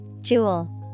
Jewel